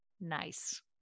Nice